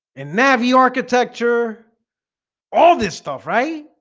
in navi architecture all this stuff, right?